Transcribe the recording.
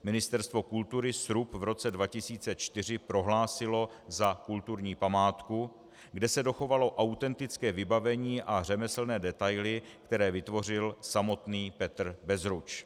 Ministerstvo kultury srub v roce 2004 prohlásilo za kulturní památku, kde se dochovalo autentické vybavení a řemeslné detaily, které vytvořil samotný Petr Bezruč.